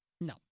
No